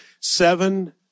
Seven